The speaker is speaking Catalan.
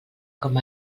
com